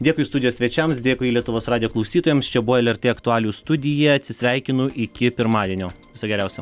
dėkui studijos svečiams dėkui lietuvos radijo klausytojams čia buvo lrt aktualijų studija atsisveikinu iki pirmadienio viso geriausio